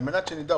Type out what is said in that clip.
על מנת שנדע.